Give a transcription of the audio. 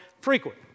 frequent